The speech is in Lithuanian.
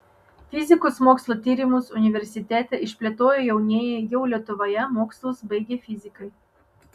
fizikos mokslo tyrimus universitete išplėtojo jaunieji jau lietuvoje mokslus baigę fizikai